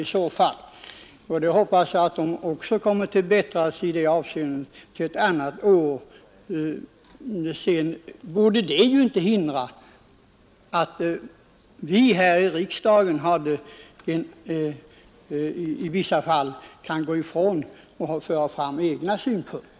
Jag hoppas att de bättrar sig i det avseendet till ett annat år. Det hindrar emellertid inte att vi här i riksdagen i vissa fall kan föra fram egna synpunkter.